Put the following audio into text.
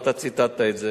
ואתה ציטטת את זה.